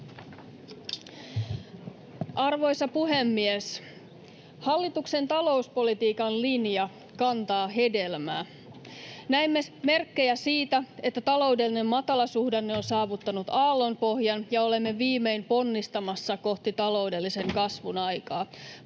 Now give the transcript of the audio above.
Arvoisa puhemies! Hallituksen talouspolitiikan linja kantaa hedelmää. Näemme merkkejä siitä, että taloudellinen matalasuhdanne on saavuttanut aallonpohjan ja olemme viimein ponnistamassa kohti taloudellisen kasvun aikaa.